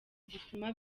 zituma